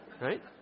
Right